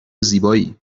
زیبایی